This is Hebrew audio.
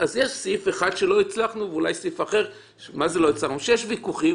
אז יש סעיף אחד שלא הצלחנו ואולי עוד סעיף שיש סביבו וויכוח.